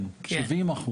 כן, כ-70%.